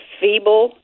feeble